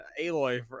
aloy